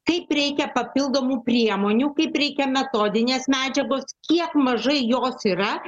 kaip reikia papildomų priemonių kaip reikia metodinės medžiagos kiek mažai jos yra